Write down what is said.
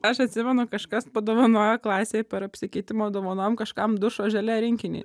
aš atsimenu kažkas padovanojo klasėj per apsikeitimo dovanom kažkam dušo žele rinkinį